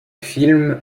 film